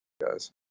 guys